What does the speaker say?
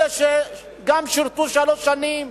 אלה שגם שירתו שלוש שנים,